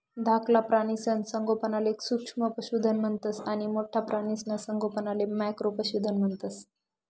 धाकला प्राणीसना संगोपनले सूक्ष्म पशुधन म्हणतंस आणि मोठ्ठा प्राणीसना संगोपनले मॅक्रो पशुधन म्हणतंस